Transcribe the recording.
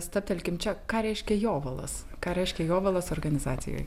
stabtelkim čia ką reiškia jovalas ką reiškia jovalas organizacijoje